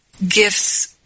Gifts